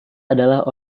adalah